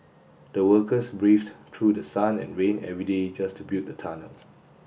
the workers braved through the sun and rain every day just to build the tunnel